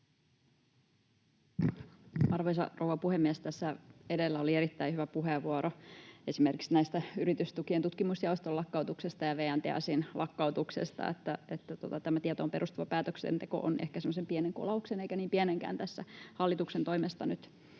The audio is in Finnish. Arvoisa rouva puhemies! Tässä edellä oli erittäin hyvä puheenvuoro esimerkiksi näistä yritystukien tutkimusjaoston lakkautuksesta ja VN TEAS:in lakkautuksesta, niin että tämä tietoon perustuva päätöksenteko on ehkä semmoisen pienen kolauksen, eikä niin pienenkään, tässä hallituksen toimesta nyt